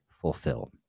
fulfilled